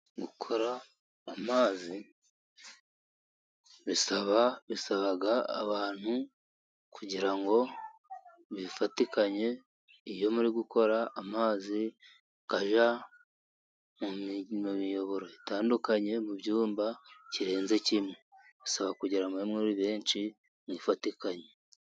Gukora amazi bisaba abantu kugira ngo bifatikanye, iyo muri gukora amazi ajya mu miyoboro itandukanye mu byumba birenze kimwe bisaba kugira mube muri benshi mwifatikanye.